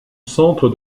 centre